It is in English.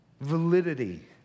validity